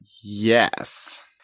Yes